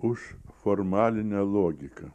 už formaline logiką